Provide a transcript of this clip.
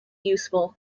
useful